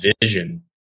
vision